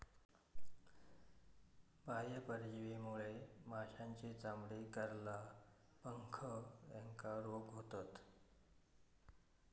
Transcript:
बाह्य परजीवीमुळे माशांची चामडी, गरला, पंख ह्येका रोग होतत